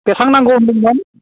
बेसां नांगौ होन्दोंमोन